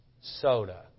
Soda